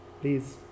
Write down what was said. Please